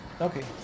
okay